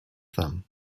them